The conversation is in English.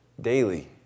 Daily